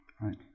Right